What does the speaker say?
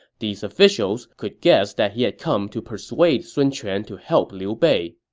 these officials could guess that he had come to persuade sun quan to help liu bei.